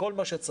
כל מה שצריך.